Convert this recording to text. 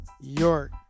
york